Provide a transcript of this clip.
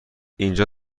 اینجا